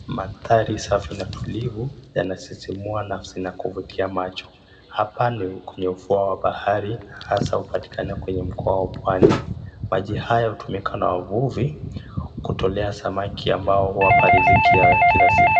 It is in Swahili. Maandhari safi na tulivu yanasisimua nafsi na kuvutia macho, hapa ni kwenye ufuo wa bahari hasaa hupatikana kwenye mkoa wa pwani. Maji haya hutumika na wavuvi kutolea samaki ambao wanapata riziki yao ya kila siku.